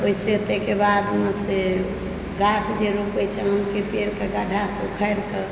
ओहिसँ ताहिके बाद से गाछ जे रोपए छै आमके पेड़के गढ्ढा से उखारि कऽ